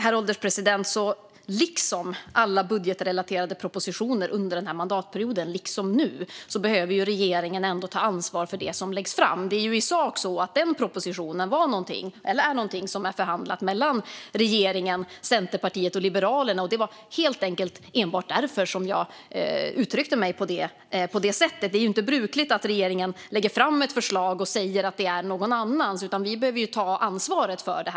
Herr ålderspresident, Liksom när det gäller alla budgetrelaterade propositioner under den här mandatperioden behöver regeringen nu ta ansvar för det som läggs fram. I sak är den här propositionen förhandlad mellan regeringen, Centerpartiet och Liberalerna. Det var helt enkelt enbart därför som jag uttryckte mig på det sättet. Det är ju inte brukligt att regeringen lägger fram ett förslag och säger att det är någon annans, utan vi behöver ta ansvar för det.